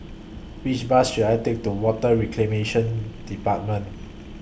Which Bus should I Take to Water Reclamation department